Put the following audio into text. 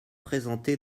présenté